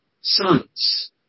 sons